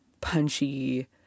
punchy